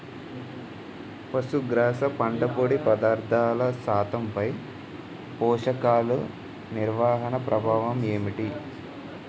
పశుగ్రాస పంట పొడి పదార్థాల శాతంపై పోషకాలు నిర్వహణ ప్రభావం ఏమిటి?